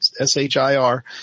S-H-I-R